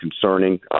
concerning